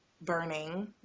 burning